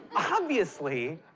obviously,